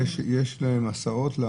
יש להם הסעות?